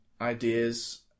ideas